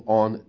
on